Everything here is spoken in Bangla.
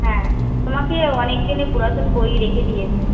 হ্যাঁ তোমাকে অনেক দিনের পুরাতন বই রেখে দিয়েছি